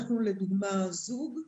אנחנו לדוגמה זוג,